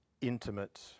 intimate